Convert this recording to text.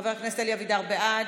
חבר הכנסת אלי אבידר, בעד,